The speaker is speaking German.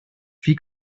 wie